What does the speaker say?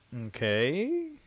Okay